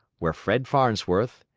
where fred farnsworth,